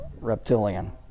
reptilian